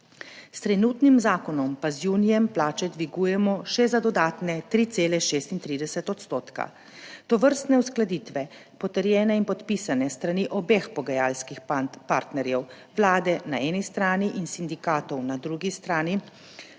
S trenutnim zakonom pa z junijem plače dvigujemo še za dodatne 3,36 %. Tovrstne uskladitve, potrjene in podpisane s strani obeh pogajalskih partnerjev, Vlade na eni strani in sindikatov na drugi strani,